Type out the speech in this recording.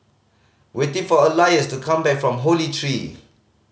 waiting for Elias to come back from Holy Tree